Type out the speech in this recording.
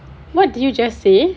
what did you just say